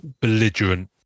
belligerent